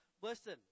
Listen